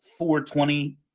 420